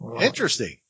Interesting